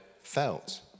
felt